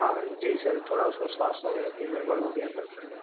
ہاں جی سر تھوڑا اس کا سواستھ وغیرہ کوئی گڑبڑ ہو گیا تھا سر